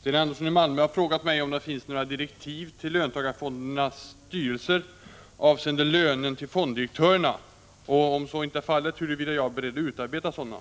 Herr talman! Sten Andersson i Malmö har frågat mig om det finns några direktiv till löntagarfondstyrelserna, avseende lönen till fonddirektörerna, och om så inte är fallet, huruvida jag är beredd att utarbeta sådana.